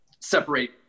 separate